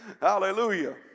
Hallelujah